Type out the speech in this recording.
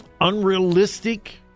unrealistic